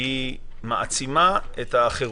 היא עדיין מעצימה את האחרוּת.